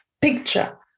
picture